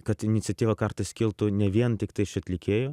kad iniciatyva kartais kiltų ne vien tiktai iš atlikėjų